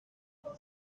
don’t